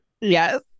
Yes